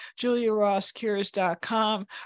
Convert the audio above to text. juliarosscures.com